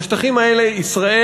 בשטחים האלה ישראל